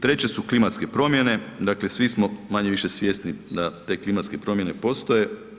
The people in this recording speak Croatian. Treće su klimatske promjene, dakle svi smo manje-više svjesni da te klimatske promjene postoje.